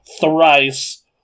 thrice